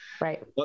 Right